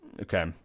Okay